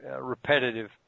repetitive